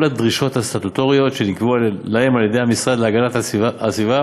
הדרישות הסטטוטוריות שנקבעו להם על-ידי המשרד להגנת הסביבה